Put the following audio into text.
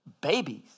babies